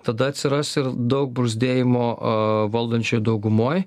tada atsiras ir daug bruzdėjimo a valdančioj daugumoj